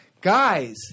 guys